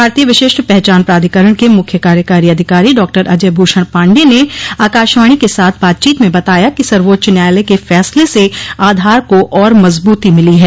भारतीय विशिष्ट पहचान प्राधिकरण के मुख्य कार्यकारी अधिकारी डॉ अजय भूषण पांडे ने आकाशवाणी के साथ बातचीत में बताया कि सर्वोच्च न्यायालय के फैसले से आधार को और मजबूती मिली है